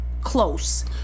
close